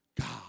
God